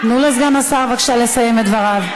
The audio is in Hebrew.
תנו בבקשה לסגן השר לסיים את דבריו.